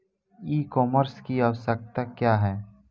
ई कॉमर्स की आवशयक्ता क्या है?